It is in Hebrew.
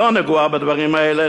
שלא נגועה בדברים האלה,